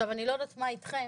אני לא יודעת מה איתכם,